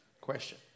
Question